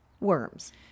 worms